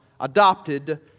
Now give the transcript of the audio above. adopted